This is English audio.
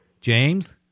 James